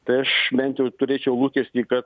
tai aš bent jau turėčiau lūkestį kad